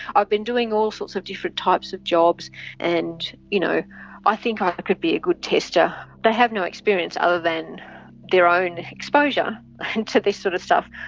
i've been doing all sorts of different types of jobs and you know i think i could be a good tester. they have no experience other than their own exposure to this sort of stuff.